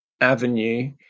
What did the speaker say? avenue